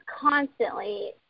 constantly